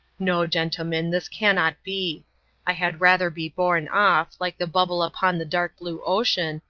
no, gentlemen, this cannot be i had rather be borne off, like the bubble upon the dark blue ocean,